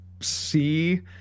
see